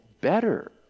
better